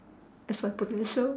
as my potential